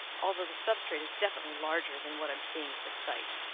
although the substrate is definitely larger than what i'm seeing at this site.